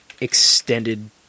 extended